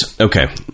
okay